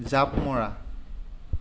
জাঁপ মৰা